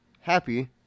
happy